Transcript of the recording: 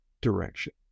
direction